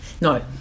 No